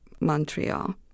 Montreal